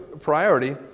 priority